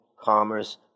Commerce